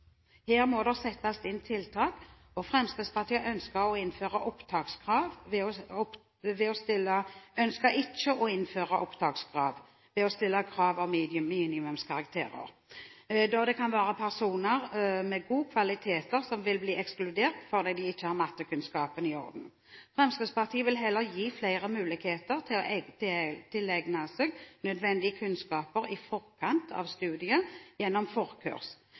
Her må det settes inn tiltak. Fremskrittspartiet ønsker ikke å innføre opptakskrav ved å stille krav om minimumskarakterer, da det kan være personer med gode kvaliteter som vil bli ekskludert fordi de ikke har mattekunnskapene i orden. Fremskrittspartiet vil heller gi flere muligheter til å tilegne seg nødvendige kunnskaper i forkant av studiet gjennom